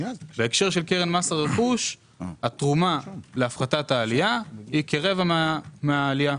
בהקשר של קרן מס הרכוש התרומה להפחתת העלייה היא כרבע מהעלייה.